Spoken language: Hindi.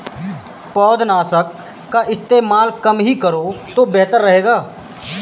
पौधनाशक का इस्तेमाल कम ही करो तो बेहतर रहेगा